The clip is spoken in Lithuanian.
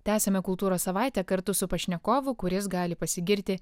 tęsiame kultūros savaitę kartu su pašnekovu kuris gali pasigirti